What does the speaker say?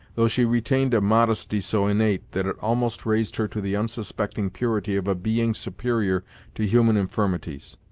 though she retained a modesty so innate that it almost raised her to the unsuspecting purity of a being superior to human infirmities.